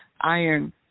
iron